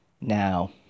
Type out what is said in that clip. Now